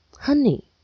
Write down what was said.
Honey